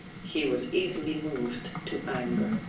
he was easily moved to anger.